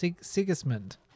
Sigismund